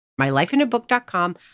mylifeinabook.com